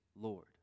Lord